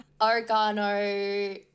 Oregano